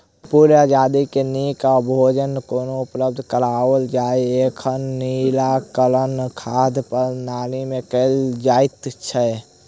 पूरे आबादी के नीक भोजन कोना उपलब्ध कराओल जाय, एकर निराकरण खाद्य प्रणाली मे कयल जाइत छै